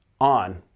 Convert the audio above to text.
on